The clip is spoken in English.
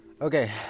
Okay